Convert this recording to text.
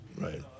right